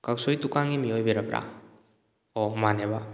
ꯀꯛꯁꯣꯏ ꯗꯨꯀꯥꯟꯒꯤ ꯃꯤ ꯑꯣꯏꯔꯤꯔꯕ꯭ꯔꯥ ꯑꯣ ꯃꯥꯅꯦꯕ